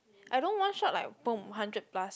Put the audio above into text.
I don't one shot like open hundred plus